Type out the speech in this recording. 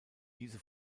diese